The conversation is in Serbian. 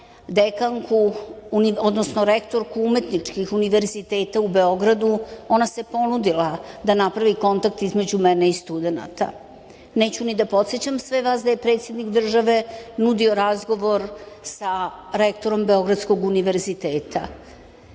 dekanku, odnosno rektorku umetničkih univerziteta u Beogradu, ona se ponudila da napravi kontakt između mene i studenata. Neću ni da podsećam sve vas da je predsednik države nudio razgovor sa rektorom Beogradskog univerziteta.